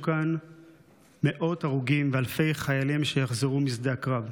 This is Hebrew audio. כאן מאות הרוגים ואלפי חיילים שיחזרו משדה הקרב?